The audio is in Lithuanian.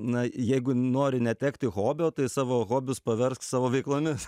na jeigu nori netekti hobio tai savo hobius paversk savo veiklomis